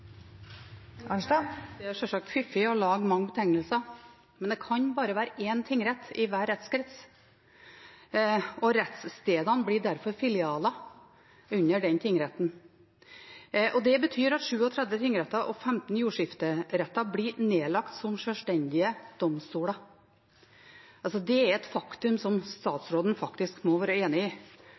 Det er sjølsagt fiffig å lage mange betegnelser, men det kan bare være én tingrett i hver rettskrets. Rettsstedene blir derfor filialer under den tingretten. Det betyr at 37 tingretter og 15 jordskifteretter blir nedlagt som sjølstendige domstoler. Det er et faktum statsråden faktisk må være enig i. Det samme gjelder det faktum at kravet om en minimumsbemanning på rettsstedene er fjernet i